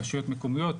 רשויות מקומיות,